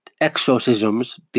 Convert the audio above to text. exorcisms